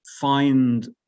find